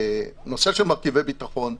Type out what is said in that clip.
נושא של מרכיבי ביטחון,